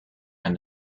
and